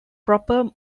proper